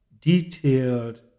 detailed